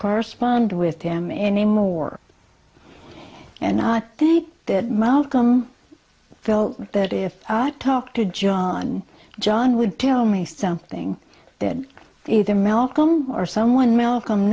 correspond with them anymore and i think that markham felt that if i talked to john john would tell me something that either malcolm or someone malcolm